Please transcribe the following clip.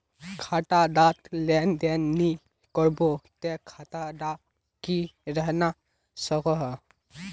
खाता डात लेन देन नि करबो ते खाता दा की रहना सकोहो?